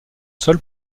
sol